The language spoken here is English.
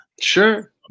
sure